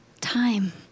time